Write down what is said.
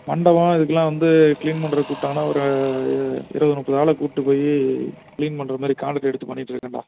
மண்டபம் இதுக்கெலாம் வந்து க்ளீன் பண்ணுறதுக்கு கூப்பிட்டாங்கன்னா ஒரு இருபது முப்பது ஆளை கூப்பிட்டு போய் க்ளீன் பண்ணுற மாரி காண்ட்ராக்ட் எடுத்து பண்ணிகிட்டு இருக்கேன்டா